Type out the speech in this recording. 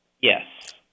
Yes